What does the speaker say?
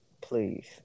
Please